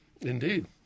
Indeed